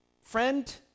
friend